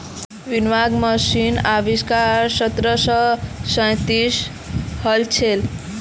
winnowing मशीनेर आविष्कार सत्रह सौ सैंतीसत हल छिले